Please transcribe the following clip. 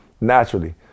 naturally